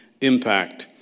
impact